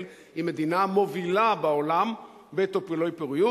היא מדינה מובילה בעולם בטיפולי פוריות.